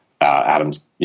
Adam's